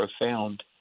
profound